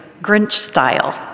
Grinch-style